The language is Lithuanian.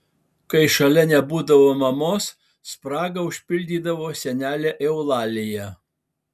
kai šalia nebūdavo mamos spragą užpildydavo senelė eulalija